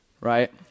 right